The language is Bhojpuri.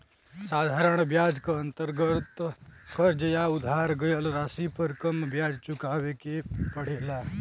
साधारण ब्याज क अंतर्गत कर्ज या उधार गयल राशि पर कम ब्याज चुकावे के पड़ेला